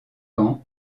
ans